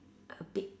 a big